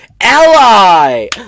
Ally